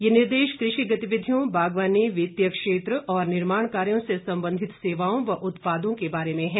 ये निर्देश कृषि गतिविधियों बागवानी वित्तीय क्षेत्र और निर्माण कार्यों से संबंधित सेवाओं व उत्पादों के बारे में हैं